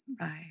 right